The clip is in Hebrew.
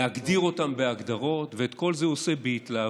להגדיר אותם בהגדרות, ואת כל זה הוא עושה בהתלהבות